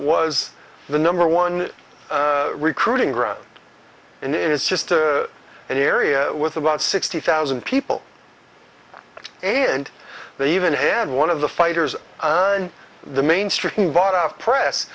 was the number one recruiting ground in is just an area with about sixty thousand people and they even had one of the fighters in the mainstream bought off press